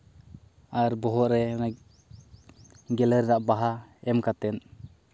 ᱟᱨ ᱵᱚᱦᱚᱜ ᱨᱮ ᱚᱱᱟ ᱜᱮᱞᱮ ᱨᱮᱱᱟᱜ ᱵᱟᱦᱟ ᱮᱢ ᱠᱟᱛᱮᱫ